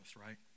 right